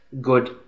good